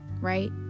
Right